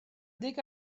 dig